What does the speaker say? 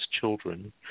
children